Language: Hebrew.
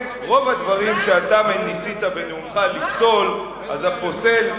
הוא לא נותן עכשיו,